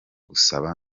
gusaba